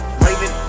raven